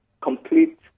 complete